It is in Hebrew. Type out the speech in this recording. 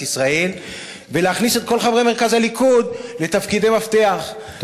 ישראל ולהכניס את כל חברי מרכז הליכוד לתפקידי מפתח,